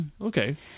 Okay